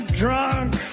drunk